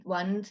one